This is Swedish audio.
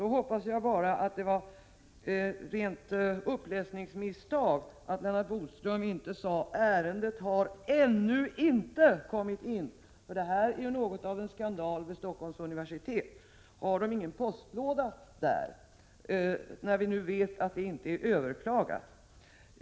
Då hoppas jag bara att det var ett rent uppläsningsmisstag att Lennart Bodström inte sade att ärendet ännu inte kommit in. Det här är något av en skandal för Stockholms universitet. Har man inte postlåda där, när vi nu vet att ärendet inte är överklagat?